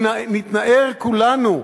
נתנער כולנו,